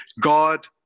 God